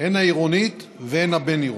הן העירונית והן הבין-עירונית.